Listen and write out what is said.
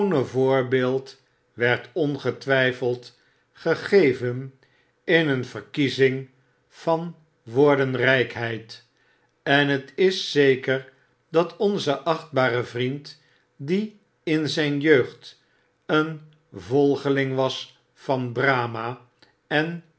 werd ongetwyfeld gegeven in een verkiezing van woordenrjjkheid en het is zeker dat onze achtbare vriend die in zgn jeugd een volgeling was van brahma en